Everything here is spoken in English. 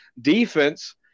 defense